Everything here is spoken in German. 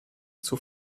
zur